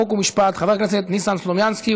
חוק ומשפט חבר הכנסת ניסן סלומינסקי,